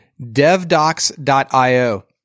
DevDocs.io